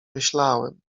myślałem